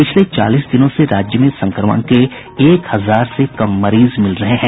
पिछले चालीस दिनों से राज्य में संक्रमण के एक हजार से कम मरीज मिल रहे हैं